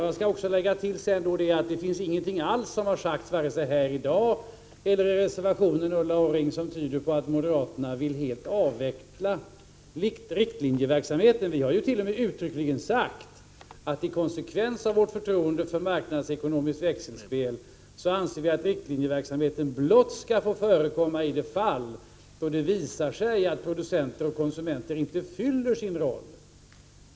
Jag skall sedan lägga till att det inte har sagts något alls vare sig här i dag eller i reservationen som tyder på att moderaterna vill helt avveckla riktlinjeverksamheten. Det har t.o.m. uttryckligen sagts att i konsekvens med vårt förtroende för marknadsekonomins växelspel anser vi att riktlinjeverksamheten skall få förekomma blott i de fall då det visar sig att producenter och konsumenter inte lever upp till sin roll.